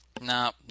No